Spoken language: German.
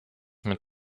mit